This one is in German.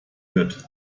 wird